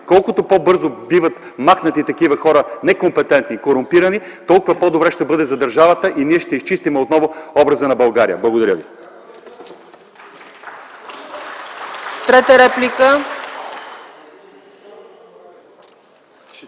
колкото по-бързо биват махнати такива хора – некомпетентни, корумпирани, толкова по-добре ще бъде за държавата и ние ще изчистим отново образа на България. Благодаря ви.